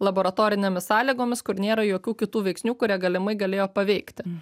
laboratorinėmis sąlygomis kur nėra jokių kitų veiksnių kurie galimai galėjo paveikti